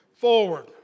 forward